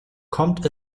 kommt